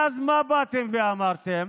ואז מה באתם ואמרתם?